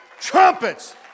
Trumpets